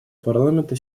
парламента